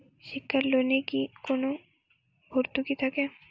শিক্ষার লোনে কি কোনো ভরতুকি থাকে?